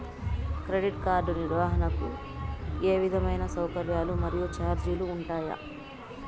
Credit card నిర్వహణకు ఏ విధమైన సౌకర్యాలు మరియు చార్జీలు ఉంటాయా?